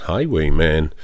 Highwayman